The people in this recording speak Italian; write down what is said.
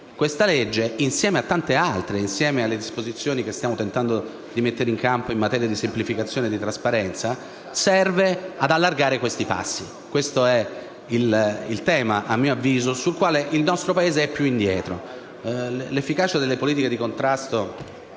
Questo provvedimento, insieme a tante altre leggi, insieme alle disposizioni che stiamo tentando di mettere in campo in materia di semplificazione e di trasparenza, serve ad allargare questi passi. Questo, a mio avviso, è il tema sul quale il nostro Paese è più indietro. L'efficacia delle politiche di contrasto